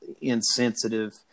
insensitive